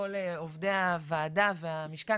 לכל עובדי הוועדה והמשכן,